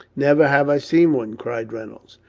never have i seen one cried reynolds.